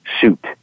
suit